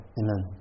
amen